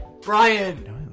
Brian